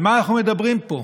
על מה אנחנו מדברים פה?